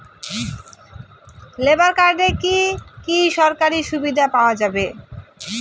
Labour কার্ডে কি কি সরকারি সুবিধা পাওয়া যাবে?